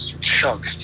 chunk